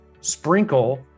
Sprinkle